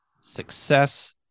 success